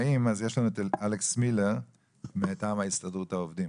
אלקס מילר מטעם הסתדרות העובדים.